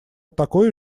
такой